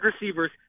receivers